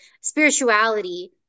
spirituality